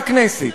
בכנסת,